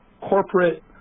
corporate